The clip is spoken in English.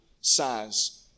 size